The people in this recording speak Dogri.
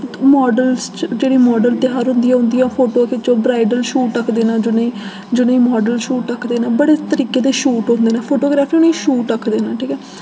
मॉडल्स च जेह्ड़ी मॉडल्स तेआर होंदी ऐ उं'दियां फोटो खिच्चो ब्राइडल शूट आखदे न जि'नें जि'नें मॉडल शूट आखदे न बड़े तरीके दे शूट होंदे न फोटोग्राफ्री उ'नें शूट आखदे न ठीक ऐ